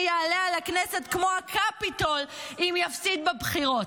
יעלה על הכנסת כמו הקפיטול אם יפסיד בבחירות.